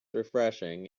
refreshing